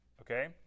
okay